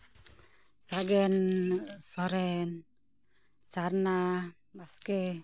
ᱥᱟᱜᱮᱱ ᱥᱚᱨᱮᱱ ᱥᱟᱨᱱᱟ ᱵᱟᱥᱠᱮ